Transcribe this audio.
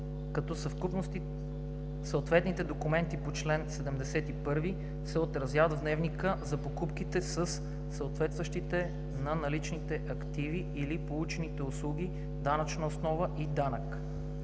като съответните документи по чл. 71 се отразяват в дневника за покупките със съответстващите на наличните активи или получените услуги данъчна основа и данък.“;